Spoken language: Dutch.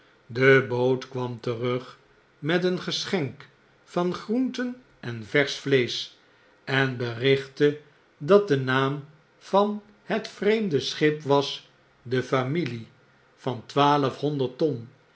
de boot kwam terug met een geschenk van groenten en versch vleesch en berichtte dat de naam van het vreemde schip was de familie van twaalfhonderd ton